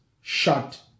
shut